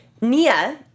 Nia